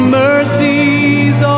mercies